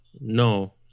No